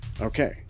Okay